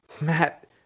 Matt